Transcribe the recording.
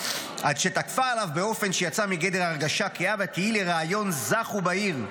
עד שתקפה עליו באופן שיצאה מגדר הרגשה כהה ותהי לרעיון זך ובהיר,